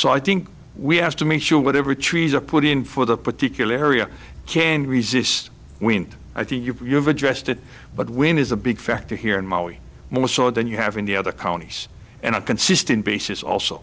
so i think we have to make sure whatever trees are put in for that particular area can resist when i think you've addressed it but when is a big factor here in maui more so than you have in the other counties and a consistent basis also